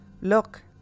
look